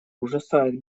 ужасает